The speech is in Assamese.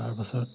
তাৰপাছত